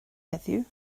heddiw